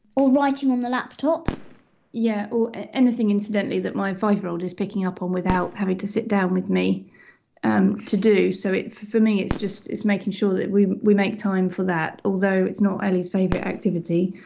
or writing on the laptop yeah, or anything, incidentally, that my five-year-old is picking up on without having to sit down with me um to do. so, for me, it's just it's making sure that we we make time for that, although it's not ellie's favourite activity.